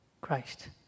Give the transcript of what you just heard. Christ